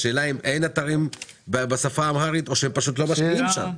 השאלה אם אין אתרים בשפה האמהרית או שפשוט לא משקיעים שם?